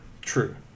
true